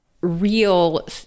real